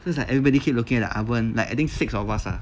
just like everybody keep looking at the oven like I think six of us ah